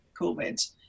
COVID